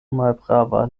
malprava